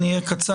אני אהיה קצר.